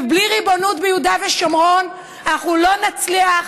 ובלי ריבונות ביהודה ושומרון אנחנו לא נצליח